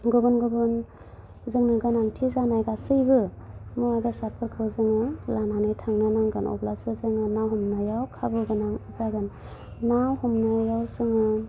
गुबुन गुबन जोंनो गोनांथि जानाय गासैबो मुवा बेसादफोरखौ जोङो लानानै थांनो नांगोन अब्लासो जोङो ना हमनायाव खाबु गोनां जागोन ना हमनायाव जोङो